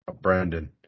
Brandon